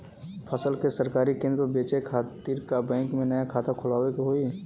फसल के सरकारी केंद्र पर बेचय खातिर का बैंक में नया खाता खोलवावे के होई?